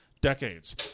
Decades